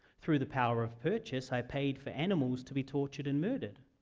through the power of purchase, i paid for animals to be tortured and murdered.